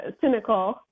cynical